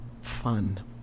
Fun